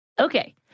Okay